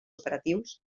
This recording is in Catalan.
operatius